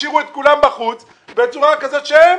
השאירו את כולם בחוץ בצורה כזאת שהם